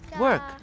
work